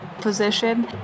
position